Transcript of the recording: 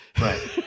Right